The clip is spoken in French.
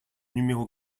numéro